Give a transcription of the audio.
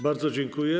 Bardzo dziękuję.